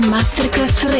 Masterclass